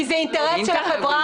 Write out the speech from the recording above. אלא כי זה אינטרס של החברה